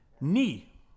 Knee